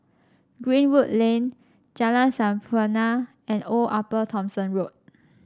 Greenwood Lane Jalan Sampurna and Old Upper Thomson Road